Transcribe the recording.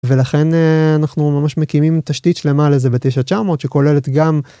ולכן אנחנו ממש מקימים תשתית שלמה לזה ב-9900 שכוללת גם...